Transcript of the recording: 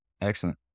Excellent